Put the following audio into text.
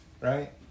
Right